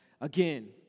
again